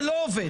זה לא עובד,